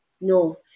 No